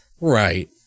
Right